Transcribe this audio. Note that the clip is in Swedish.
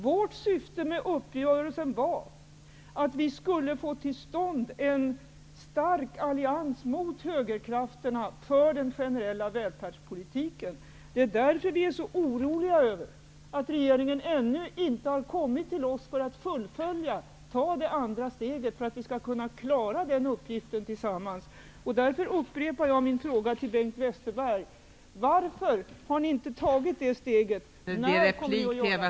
Vårt syfte med uppgörelsen var att vi skulle få till stånd en stark allians mot högerkrafterna för den generella välfärdspolitiken. Det är därför som vi är så oroliga över att regeringen ännu inte har kommit till oss för att ta det andra steget för att vi skall kunna klara den uppgiften tillsam mans. Därför upprepar jag också min fråga till Bengt Westerberg: Varför har ni inte tagit det steget? När kommer ni att göra det?